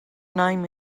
name